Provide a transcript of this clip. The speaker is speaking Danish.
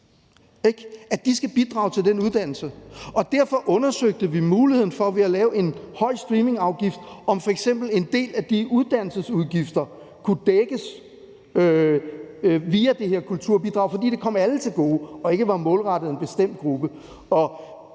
skal bidrage til den uddannelse. Og derfor undersøgte vi muligheden for ved at lave en høj streamingafgift, om f.eks. en del af de uddannelsesudgifter kunne dækkes via det her kulturbidrag, altså fordi det kom alle til gode og ikke var målrettet en bestemt gruppe.